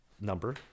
number